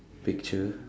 picture